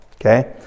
okay